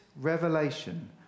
revelation